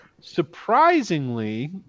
surprisingly